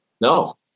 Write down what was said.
No